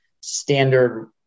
standard